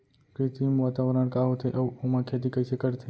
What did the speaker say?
कृत्रिम वातावरण का होथे, अऊ ओमा खेती कइसे करथे?